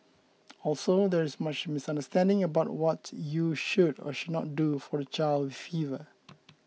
also there is much misunderstanding about what you should or should not do for a child with fever